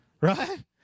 right